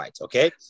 okay